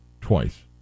Twice